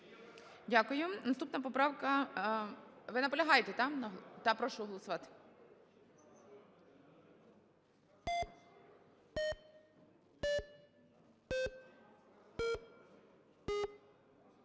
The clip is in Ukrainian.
Дякую. Наступна поправка… Ви наполягаєте? Прошу голосувати.